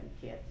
kids